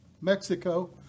Mexico